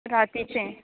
रातीचें